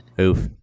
Oof